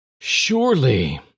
Surely